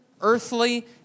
earthly